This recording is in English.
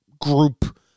group